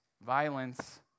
violence